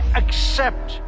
accept